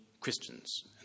Christians